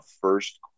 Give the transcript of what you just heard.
first